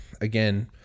again